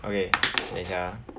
okay 等一下 ah